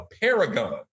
paragon